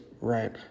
Right